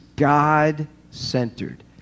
God-centered